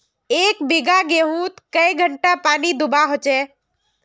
एक बिगहा गेँहूत कई घंटा पानी दुबा होचए?